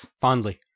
Fondly